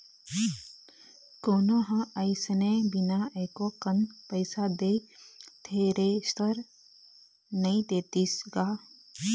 कोनो ह अइसने बिना एको कन पइसा दे थेरेसर नइ देतिस गा